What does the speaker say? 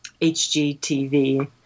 HGTV